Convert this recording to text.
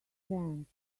stands